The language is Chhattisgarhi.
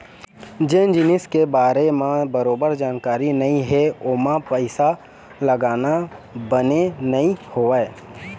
जेन जिनिस के बारे म बरोबर जानकारी नइ हे ओमा पइसा लगाना बने नइ होवय